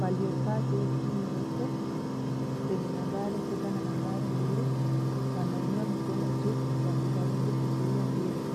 waliovaa jezi nyeupe zenye nambari sita na nambari mbili, wanainua mikono juu wakijaribu kuzuia mpira.